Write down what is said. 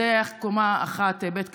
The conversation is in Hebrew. הייתה קומה אחת עם בית קפה,